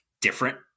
different